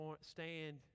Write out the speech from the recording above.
stand